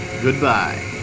goodbye